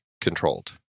controlled